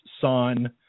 son